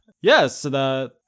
Yes